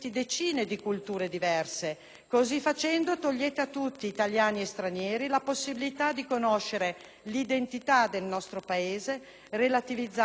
così facendo togliete a tutti, italiani e stranieri, la possibilità di conoscere l'identità del nostro Paese, relativizzandone le radici culturali.